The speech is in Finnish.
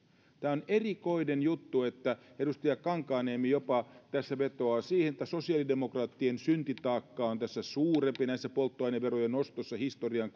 tämä on erikoinen juttu että edustaja kankaanniemi jopa tässä vetoaa siihen että sosiaalidemokraattien syntitaakka on suurempi näissä polttoaineverojen nostoissa historian